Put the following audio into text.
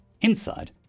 Inside